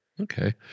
Okay